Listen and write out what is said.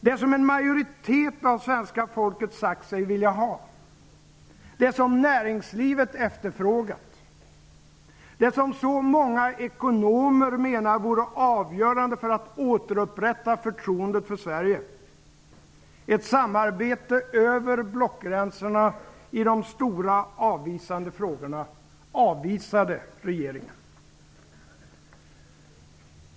Det som en majoritet av svenska folket sagt sig vilja ha, det som näringslivet efterfrågat, det som så många ekonomer menar vore avgörande för att återupprätta förtroendet för Sverige -- ett samarbete över blockgränsen i de stora avgörande frågorna -- avvisade regeringen.